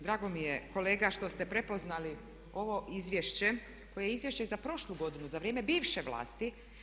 Drago mi je kolega što ste prepoznali ovo izvješće koje je izvješće i za prošlu godinu, za vrijeme bivše vlasti.